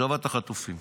השבת החטופים.